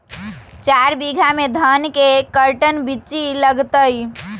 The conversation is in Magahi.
चार बीघा में धन के कर्टन बिच्ची लगतै?